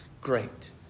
great